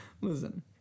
Listen